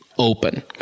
open